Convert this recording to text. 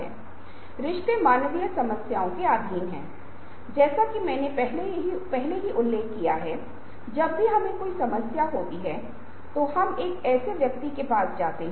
आइए हम कहते हैं कि मेरे और आपके बीच आज क्या है जैसा कि आप इस बात को सुन रहे हैं आपकी कंप्यूटर स्क्रीन है या आपकी मोबाइल स्क्रीन है या जो भी है जिसके माध्यम से आप इस व्याख्यान को सुन रहे हैं